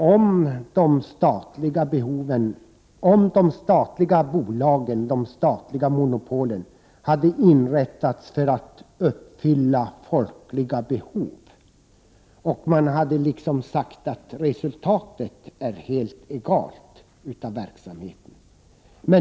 Herr talman! Om de statliga monopolen hade inrättats för att tillfredsställa folkliga behov och man hade sagt att resultatet av verksamheten är helt egalt, hade det legat någonting i vad Lars Norberg säger.